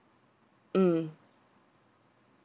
mm